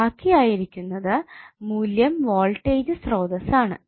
ബാക്കിയിരിക്കുന്ന മൂല്യം വോൾട്ടേജ് സ്രോതസ്സ് ആണ്